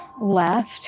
left